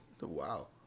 Wow